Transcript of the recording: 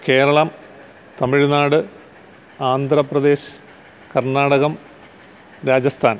Keralam Tamil Nadu Andhra Pradesh Karnatakam Rajasthan